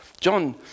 John